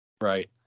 Right